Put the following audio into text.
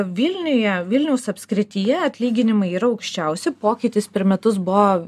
vilniuje vilniaus apskrityje atlyginimai yra aukščiausi pokytis per metus buvo